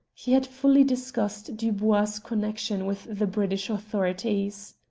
he had fully discussed dubois' connexion with the british authorities.